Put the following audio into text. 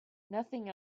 nothing